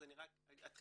אז אתחיל